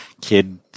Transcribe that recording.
Kid